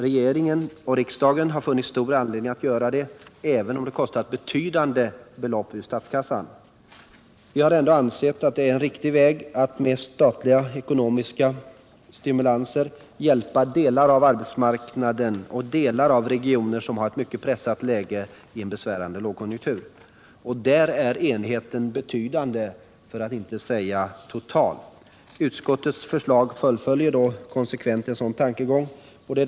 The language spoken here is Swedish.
Även om satsningarna innebär att betydande belopp måste tas ur statskassan har regeringen och riksdagen ansett det riktigt att med statliga ekonomiska stimulanser hjälpa delar av arbetsmarknaden och delar av regioner som har ett mycket pressat läge i en besvärande lågkonjunktur. Enigheten härom är betydande för att inte säga total. Utskottets förslag innebär ett konsekvent fullföljande av den tanken.